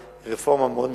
היא רפורמה מאוד מקיפה,